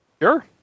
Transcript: Sure